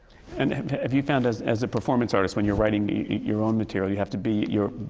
and have you found as as a performance artist, when you're writing your own material, you have to be you're